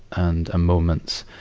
and moments.